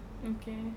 okay